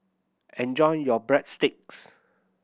enjoy your Breadsticks